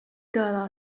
girl